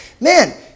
man